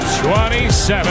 27